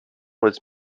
was